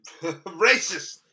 Racist